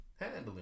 Handling